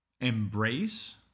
embrace